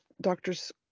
doctors